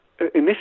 initially